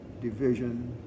division